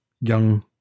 young